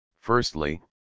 Firstly